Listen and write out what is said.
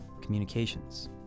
communications